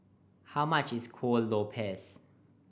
how much is Kuih Lopes